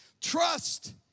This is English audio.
Trust